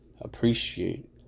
appreciate